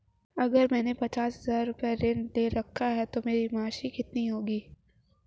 अगर मैंने पचास हज़ार रूपये का ऋण ले रखा है तो मेरी मासिक किश्त कितनी होगी?